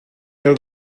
your